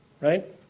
right